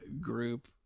group